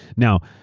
now,